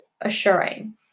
assuring